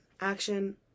Action